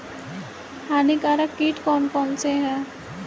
हानिकारक कीट कौन कौन से हैं?